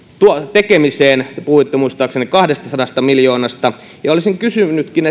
tekemiseen puhuitte muistaakseni kahdestasadasta miljoonasta olisinkin kysynyt